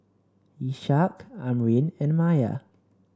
Ishak Amrin and Maya